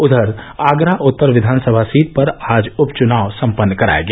उधर आगरा उत्तर विधानसभा सीट पर आज उप चुनाव सम्पन्न कराया गया